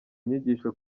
nyigisho